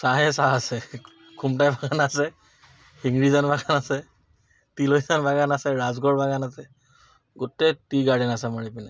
চাহেই চাহ আছে খুমটাই বাগান আছে শিংৰিজান বাগান আছে তিলোচা বাগান আছে ৰাজগড় বাগান আছে গোটেই টি গাৰ্ডেন আছে আমাৰ এইফালে